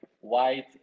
white